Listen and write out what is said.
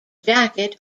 jacket